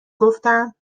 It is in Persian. گفتم